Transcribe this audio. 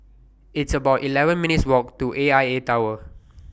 It's about eleven minutes' Walk to A I A Tower